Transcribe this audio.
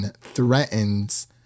threatens